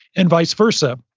and vice versa.